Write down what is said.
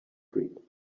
dream